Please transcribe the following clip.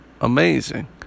amazing